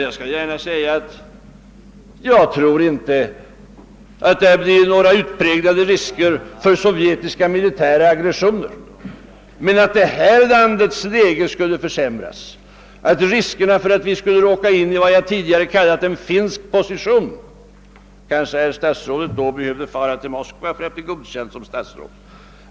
Jag vill gärna säga att jag inte tror att det kommer att finnas några utpräglade risker för sovjetiska militära agressioner, men vårt lands läge skulle försämras och riskerna för att vi kunde hamna i vad jag tidigare kallat för en finsk position skulle öka. Då kanske herr Palme måste fara till Moskva för att bli godkänd som statsråd.